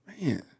Man